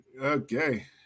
Okay